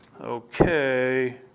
Okay